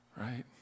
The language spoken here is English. right